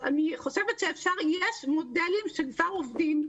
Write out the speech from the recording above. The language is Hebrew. אני חושבת שיש מודלים שכבר עובדים,